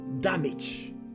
damage